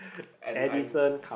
and I